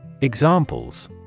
Examples